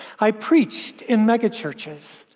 i preached in mega churches.